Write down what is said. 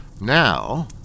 Now